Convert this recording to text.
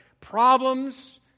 problems